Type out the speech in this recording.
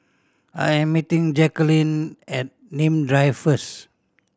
I'm meeting Jacqueline at Nim Drive first